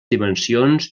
dimensions